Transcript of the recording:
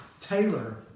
Taylor